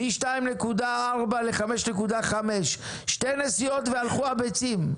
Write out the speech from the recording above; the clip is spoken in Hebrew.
מ-2.4 ל-5.5, שתי נסיעות והלכו הביצים.